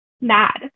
mad